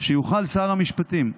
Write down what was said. שיוכל שר המשפטים,